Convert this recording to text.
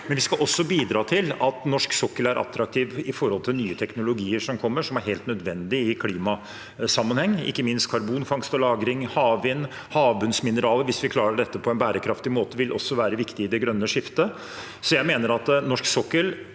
vi skal også bidra til at norsk sokkel er attraktiv for nye teknologier som kommer, og som er helt nødvendig i klimasammenheng. Ikke minst vil også karbonfangst og -lagring, havvind og havbunnsmineraler – hvis vi klarer å gjøre det på en bærekraftig måte – være viktig i det grønne skiftet. Jeg mener at norsk sokkel,